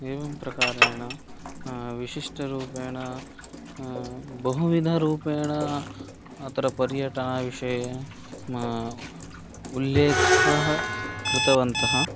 एवं प्रकारेण विशिष्टरूपेण बहुविधरूपेण अत्र पर्यटनविषये उल्लेखः कृतवन्तः